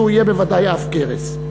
שיהיה בוודאי עב כרס.